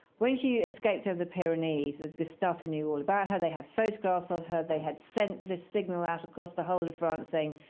when she escaped over the pyrenees, the gestapo knew all about her. they had photographs of her. they had sent this signal out across the whole of france saying,